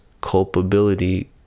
culpability